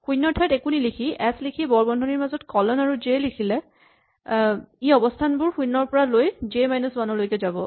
শূণ্যৰ ঠাইত একো নিলিখি এচ লিখি বৰ বন্ধনীৰ মাজত কলন আৰু জে লিখিলে ই অৱস্হানবোৰ শূণ্যৰ পৰা লৈ জে মাইনাচ ৱান লৈকে যাব